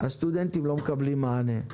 הסטודנטים לא מקבלים מענה.